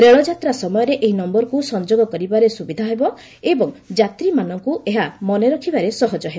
ରେଳଯାତ୍ରା ସମୟରେ ଏହି ନମ୍ଭରକୁ ସଂଯୋଗ କରିବାରେ ସୁବିଧା ହେବ ଏବଂ ଯାତ୍ରୀମାନଙ୍କୁ ଏହା ମନେରଖିବାରେ ସହଜ ହେବ